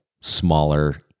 smaller